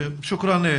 שוקראן.